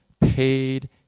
paid